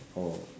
or